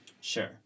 Sure